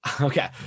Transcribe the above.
Okay